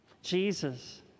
Jesus